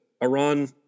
Iran